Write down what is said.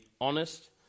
honest